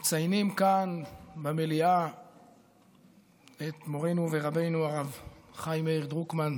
מציינים כאן במליאה את מורנו ורבנו הרב חיים מאיר דרוקמן,